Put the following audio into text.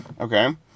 Okay